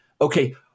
okay